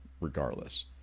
regardless